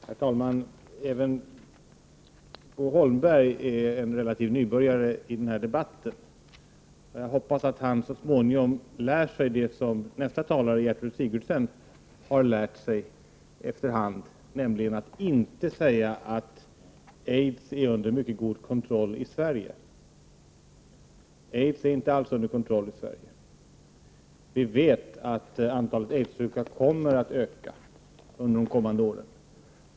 Herr talman! Även Bo Holmberg är en relativ nybörjare i den här debatten. Jag hoppas att han så småningom lär sig det som nästa talare, Gertrud Sigurdsen, så småningom har lärt sig, nämligen att inte säga att aids är under mycket god kontroll i Sverige. Aids är inte alls under kontroll i Sverige. Vi vet att antalet aidssjuka kommer att öka under de kommande åren.